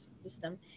system